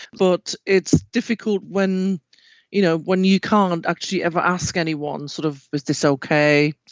but it's difficult when you know when you can't actually ever ask anyone, sort of, is this okay,